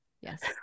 Yes